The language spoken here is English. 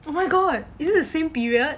oh my god is in the same period